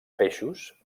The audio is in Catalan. peixos